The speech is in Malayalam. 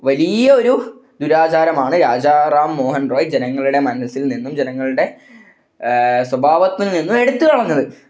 വലിയൊരു ദുരാചാരമാണ് രാജാറാം മോഹൻ റോയ് ജനങ്ങളുടെ മനസ്സിൽ നിന്നും ജനങ്ങളുടെ സ്വഭാവത്തിൽ നിന്നും എടുത്തു കളഞ്ഞത്